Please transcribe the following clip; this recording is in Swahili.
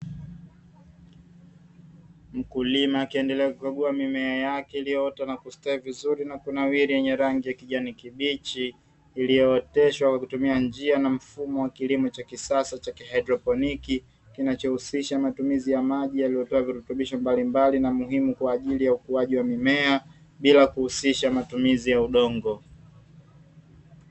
Mkulima akiendelea kukagua mimea yake iliyooteshwa kwa ajili ya ukuaji wa mimea bila kuhusisha matumizi ya udongo.